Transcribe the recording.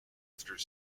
through